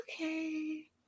Okay